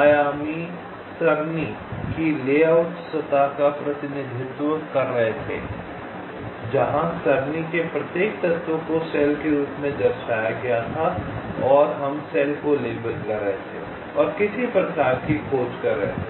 आयामी सरणी की लेआउट सतह का प्रतिनिधित्व कर रहे थे जहां सरणी के प्रत्येक तत्व को सेल के रूप में दर्शाया गया था और हम सेल को लेबल कर रहे थे और किसी प्रकार की खोज कर रहे थे